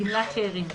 גמלת שאירים,